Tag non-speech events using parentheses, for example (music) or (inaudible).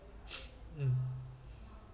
(noise) mm